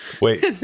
Wait